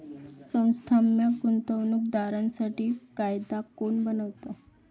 संस्थात्मक गुंतवणूक दारांसाठी कायदा कोण बनवतो?